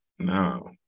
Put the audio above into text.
No